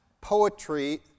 poetry